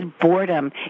boredom